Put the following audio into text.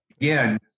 again